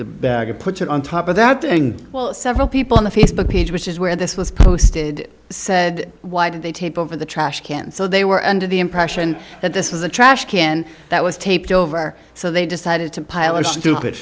the bag and put it on top of that thing well several people on the facebook page which is where this was posted said why did they take over the trash can so they were under the impression that this was a trash can that was taped over so they decided to pile or stupid